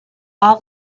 all